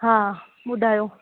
हा ॿुधायो